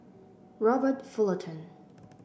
Robert Fullerton